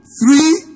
three